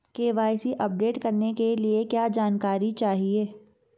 KYC update करने के लिए क्या जानकारी चाहिए?